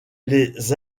les